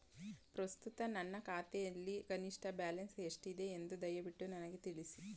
ಪ್ರಸ್ತುತ ನನ್ನ ಖಾತೆಯಲ್ಲಿ ಕನಿಷ್ಠ ಬ್ಯಾಲೆನ್ಸ್ ಎಷ್ಟಿದೆ ಎಂದು ದಯವಿಟ್ಟು ನನಗೆ ತಿಳಿಸಿ